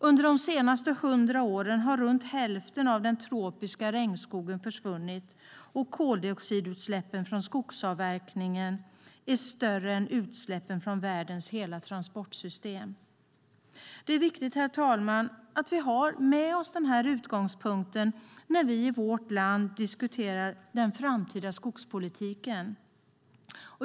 Under de senaste 100 åren har runt hälften av den tropiska regnskogen försvunnit, och koldioxidutsläppen från skogsavverkningen är större än utsläppen från världens hela transportsystem. Herr talman! Det är viktigt att vi har med oss denna utgångspunkt när vi i vårt land diskuterar den framtida skogspolitiken.